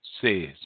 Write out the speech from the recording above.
says